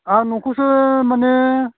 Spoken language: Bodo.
आं नोंखौसो माने